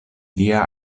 lia